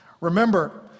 Remember